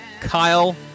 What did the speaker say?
Kyle